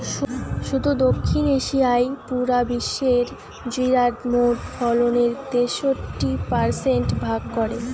শুধু দক্ষিণ এশিয়াই পুরা বিশ্বের জিরার মোট ফলনের তেষট্টি পারসেন্ট ভাগ করে